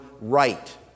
right